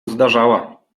zdarzała